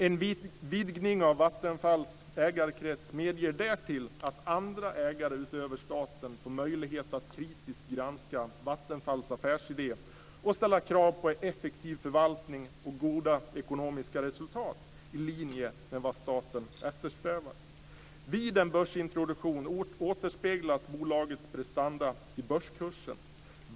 En vidgning av Vattenfalls ägarkrets medger därtill att andra ägare utöver staten får möjlighet att kritiskt granska Vattenfalls affärsidé och ställa krav på en effektiv förvaltning och goda ekonomiska resultat i linje med vad staten eftersträvar. Vid en börsintroduktion återspeglas bolagets prestanda i börskursen.